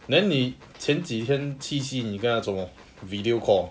then 你前几天七夕你跟她做么 video call